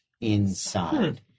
inside